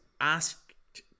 asked